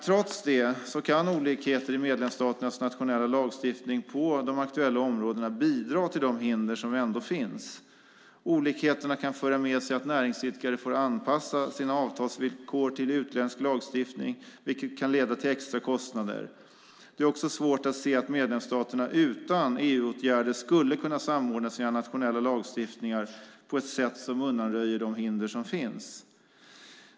Trots det kan olikheter i medlemsstaternas nationella lagstiftning på de aktuella områdena bidra till de hinder som ändå finns. Olikheterna kan föra med sig att näringsidkare får anpassa sina avtalsvillkor till utländsk lagstiftning, vilket kan leda till extra kostnader. Det är också svårt att se att medlemsstaterna utan EU-åtgärder skulle kunna samordna sina nationella lagstiftningar på ett sätt som undanröjer de hinder som finns.